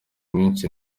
mwinshi